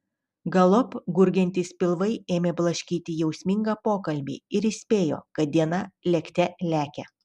galop gurgiantys pilvai ėmė blaškyti jausmingą pokalbį ir įspėjo kad diena lėkte lekia